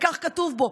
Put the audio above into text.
וכך כתוב בו.